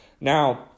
Now